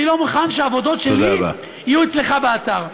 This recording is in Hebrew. אני לא מוכן שעבודות שלי יהיו אצלך באתר.